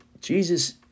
Jesus